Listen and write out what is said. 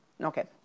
Okay